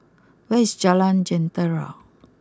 where is Jalan Jentera